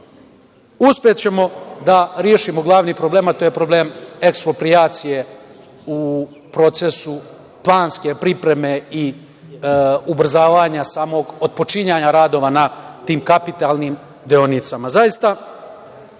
uspećemo da rešimo glavni problem, a to je problem eksproprijacije u procesu planske pripreme i ubrzavanja samog otpočinjanja radova na tim kapitalnim deonicama. Zaista,